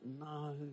no